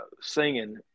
singing